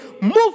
move